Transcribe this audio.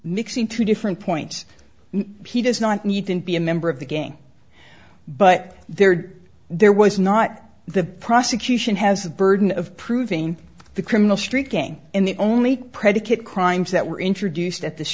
mixing two different points he does not need to be a member of the gang but there there was not the prosecution has the burden of proving the criminal street gang and the only predicate crimes that were introduced at this